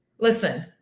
Listen